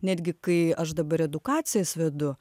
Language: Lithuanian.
netgi kai aš dabar edukacijas vedu